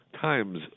Times